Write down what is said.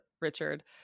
Richard